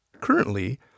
Currently